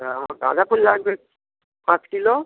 হ আমার গাঁদা ফুল লাগবে পাঁচ কিলো